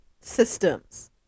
systems